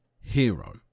Hero